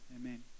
Amen